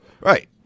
Right